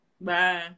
Bye